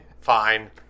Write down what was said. Fine